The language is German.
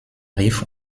rief